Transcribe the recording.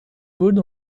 wooden